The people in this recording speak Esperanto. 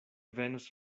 venos